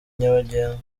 nyabagendwa